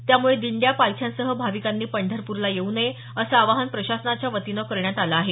त्यामुळे दिंड्या पालख्यांसह भाविकांनी पंढरपुरला येवू नये असं आवाहन प्रशासनाच्यावतीनं करण्यात आलं आहे